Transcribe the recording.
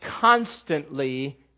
constantly